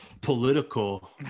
political